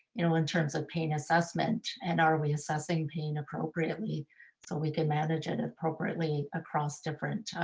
you know in terms of pain assessment and are we assessing pain appropriately so we can manage it appropriately across different,